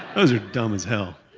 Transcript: those are dumb as hell.